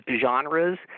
genres